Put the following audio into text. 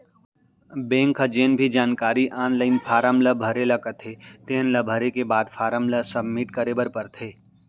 bank ह जेन भी जानकारी आनलाइन फारम ल भरे ल कथे तेन ल भरे के बाद फारम ल सबमिट करे बर परथे